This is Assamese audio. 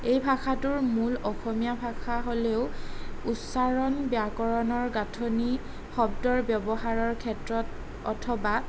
এই ভাষাটোৰ মূল অসমীয়া ভাষা হ'লেও উচ্চাৰণ ব্যাকৰণৰ গাঁথনি শব্দৰ ব্যৱহাৰৰ ক্ষেত্ৰত অথবা